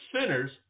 sinners